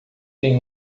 tem